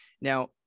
Now